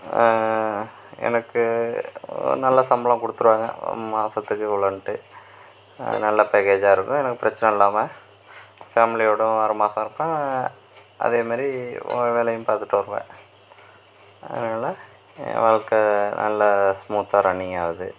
எனக்கு நல்ல சம்பளம் கொடுத்துடுவாங்க மாதத்துக்கு இவ்வளோன்ட்டு அது நல்ல பேக்கேஜாக இருக்கும் அதனால பிரச்சனை இல்லாமல் ஃபேமிலியோடவும் ஆறுமாசம் இருப்பேன் அதேமாரி வேலையும் பார்த்துட்டு வருவேன் அதனால் என் வாழ்க்கை நல்ல ஸ்மூத்தாக ரன்னிங் ஆகுது